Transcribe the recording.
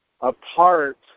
apart